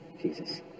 Jesus